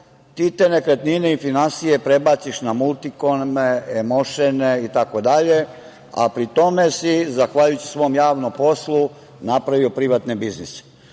ti te nekretnine i finansije prebaciš na multikome, emošene, idt, a pri tome si, zahvaljujući svom javnom poslu napravio privatne biznise.